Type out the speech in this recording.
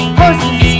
horses